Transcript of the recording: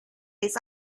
its